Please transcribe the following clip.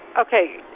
Okay